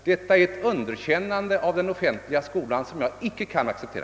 Detta är ett underkännande av den offentliga skolan som jag inte kan acceptera.